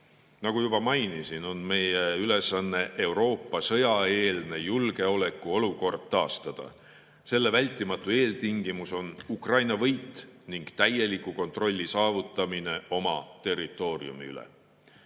juba mainisin, on meie ülesanne Euroopa sõjaeelne julgeolekuolukord taastada. Selle vältimatu eeltingimus on Ukraina võit ning täieliku kontrolli saavutamine oma territooriumi üle. Head